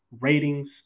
ratings